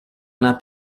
anar